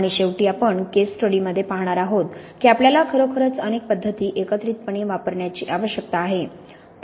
आणि शेवटी आपण केस स्टडीमध्ये पाहणार आहोत की आपल्याला खरोखरच अनेक पद्धती एकत्रितपणे वापरण्याची आवश्यकता आहे